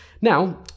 now